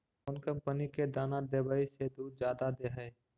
कौन कंपनी के दाना देबए से दुध जादा दे है?